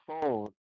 phone